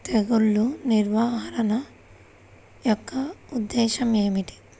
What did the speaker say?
తెగులు నిర్వహణ యొక్క ఉద్దేశం ఏమిటి?